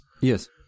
Yes